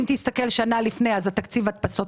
אם תסתכל שנה לפני אז תקציב ההדפסות